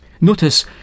Notice